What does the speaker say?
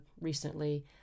recently